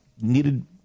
needed